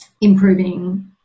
improving